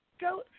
go